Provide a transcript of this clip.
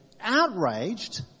outraged